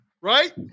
right